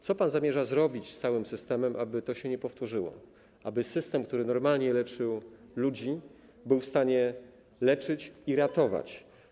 Co pan zamierza zrobić z systemem, aby to się nie powtórzyło, aby system, który normalnie leczył ludzi, był w stanie ich leczyć i ratować?